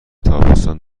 تابستان